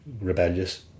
rebellious